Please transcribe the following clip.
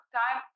time